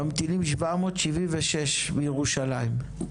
ממתינים 776 בירושלים.